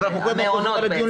איך אתם רואים את הדברים